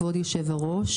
כבוד יושב-הראש,